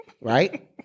right